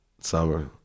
summer